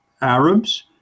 Arabs